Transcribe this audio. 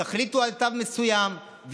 תחליטו על תו מסוים,